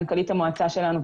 מנכ"לית המועצה שלנו,